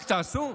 רק תעשו.